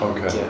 Okay